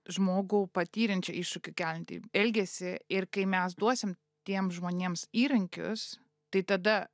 žmogų patyriančią iššūkį keliantį elgesį ir kai mes duosim tiem žmonėms įrankius tai tada